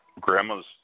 grandma's